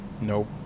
Nope